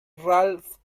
ralph